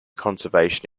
conservation